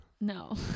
No